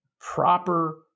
proper